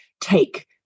take